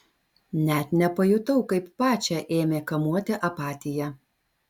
net nepajutau kaip pačią ėmė kamuoti apatija